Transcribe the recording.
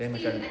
then macam